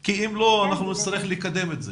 כי אם לא, אנחנו נצטרך לקדם את זה.